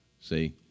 See